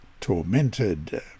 tormented